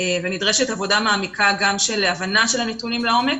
ונדרשת עבודה מעמיקה גם של הבנה של הנתונים לעומק